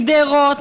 גדרות,